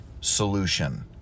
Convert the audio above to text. solution